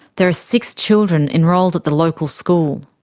there are six children enrolled at the local school.